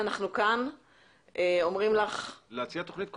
אנחנו כאן אומרים לך --- להציע תוכנית קונקרטית,